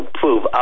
prove